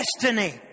destiny